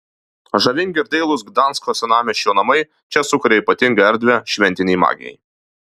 žavingi ir dailūs gdansko senamiesčio namai čia sukuria ypatingą erdvę šventinei magijai